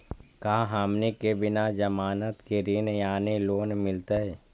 का हमनी के बिना जमानत के ऋण यानी लोन मिलतई?